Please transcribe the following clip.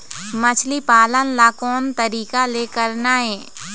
मछली पालन ला कोन तरीका ले करना ये?